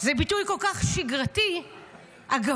זה ביטוי כל כך שגרתי, אגבי,